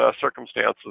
circumstances